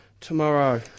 Tomorrow